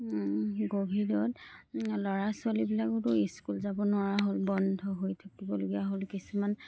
ক'ভিডত ল'ৰা ছোৱালীবিলাকোতো স্কুল যাব নোৱাৰা হ'ল বন্ধ হৈ থাকিবলগীয়া হ'ল কিছুমান